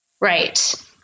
Right